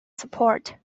support